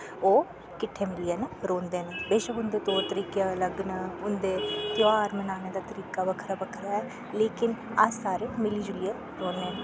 ओह् किट्ठे मिलियै रौंह्दे न बेशक्क उं'दे तौर तरीके अलग न उं'दे ध्यार बनाने दा तरीका बक्खरा बक्खरा ऐ लेकिन अस सारे मिली जुलियै रौह्ने आं